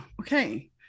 okay